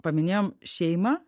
paminėjom šeimą